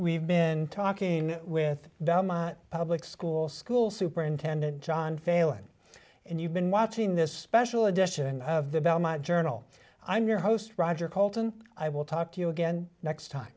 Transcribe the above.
we've been talking with the public schools school superintendent john failing and you've been watching this special edition of the belmont journal i'm your host roger colton i will talk to you again next time